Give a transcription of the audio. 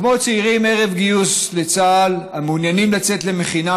כמו צעירים ערב גיוס לצה"ל המעוניינים לצאת למכינה